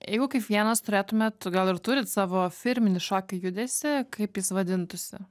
jeigu kaip vienas turėtumėt gal ir turit savo firminį šokio judesį kaip jis vadintųsi